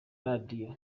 radio